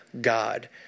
God